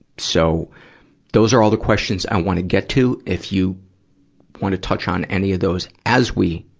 so those are all the questions i want to get to, if you want to touch on any of those as we